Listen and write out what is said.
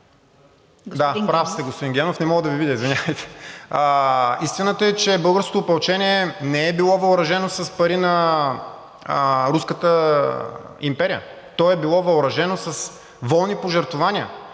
да, прав сте господин Генов – не мога да Ви видя, извинявайте. Истината е, че българското опълчение не е било въоръжено с пари на руската империя, то е било въоръжено с волни пожертвования